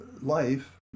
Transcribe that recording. life